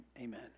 Amen